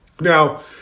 Now